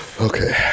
Okay